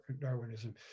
Darwinism